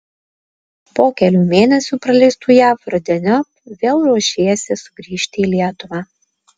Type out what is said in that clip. po kelių mėnesių praleistų jav rudeniop vėl ruošiesi sugrįžti į lietuvą